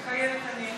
מתחייבת אני